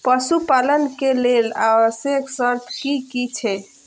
पशु पालन के लेल आवश्यक शर्त की की छै?